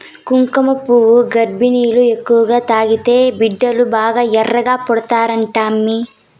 కుంకుమపువ్వు గర్భిణీలు ఎక్కువగా తాగితే బిడ్డలు బాగా ఎర్రగా పడతారంటమ్మీ